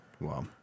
Wow